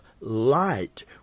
light